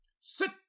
Sit